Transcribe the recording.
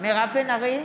מירב בן ארי,